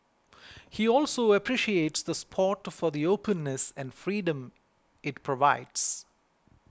he also appreciates the spot for the openness and freedom it provides